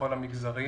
בכל המגזרים.